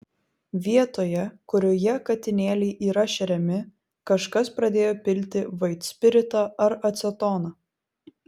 vietoje kurioje katinėliai yra šeriami kažkas pradėjo pilti vaitspiritą ar acetoną